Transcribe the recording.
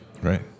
Right